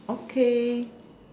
okay